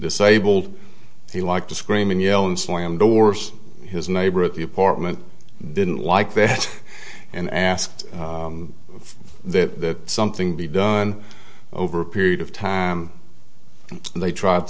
disabled he liked to scream and yell and slam doors his neighbor at the apartment didn't like that and asked that something be done over a period of time and they tried